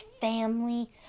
family